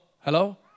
Hello